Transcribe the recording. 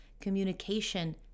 communication